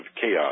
chaos